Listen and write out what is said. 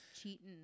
Cheating